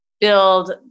build